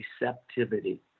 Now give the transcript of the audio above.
receptivity